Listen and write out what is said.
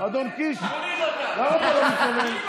אדון קיש, למה אתה לא מתלונן?